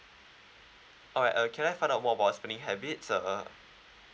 oh ya uh can I find out more about spending habits uh